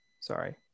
Sorry